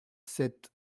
sept